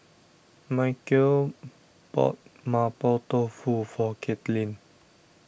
Micheal bought Mapo Tofu for Katelynn